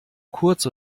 kurz